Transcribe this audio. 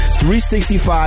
365